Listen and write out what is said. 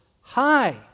High